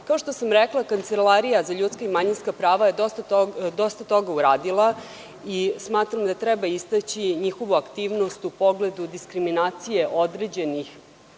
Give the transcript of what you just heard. što sam rekla, Kancelarija za ljudska i manjinska prava je dosta toga uradila i smatram da treba istaći njihovu aktivnost u pogledu diskriminacije određenih